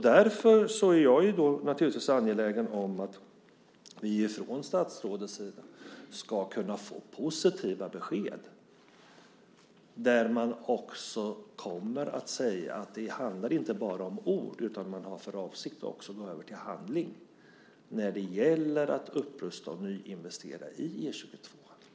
Därför är jag naturligtvis angelägen om att vi från statsrådets sida ska kunna få positiva besked där man också kommer att säga att det inte bara handlar om ord, utan man har för avsikt att också gå över till handling när det gäller att upprusta och nyinvestera i E 22:an.